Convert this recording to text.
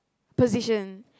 position